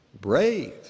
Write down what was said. Brave